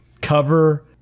Cover